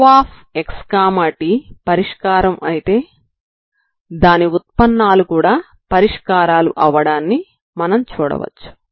uxt పరిష్కారం అయితే దాని ఉత్పన్నాలు కూడా పరిష్కారాలు అవ్వడాన్ని మనం చూడవచ్చు